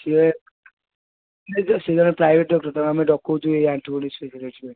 ସିଏ ସେ ଜଣେ ପ୍ରାଇଭେଟ୍ ଡକ୍ଟର ତାଙ୍କୁ ଆମେ ଡକାଉଛୁ ଏ ଆଣ୍ଠୁ ଗଣ୍ଠି ପାଇଁ